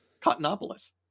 Cottonopolis